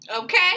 Okay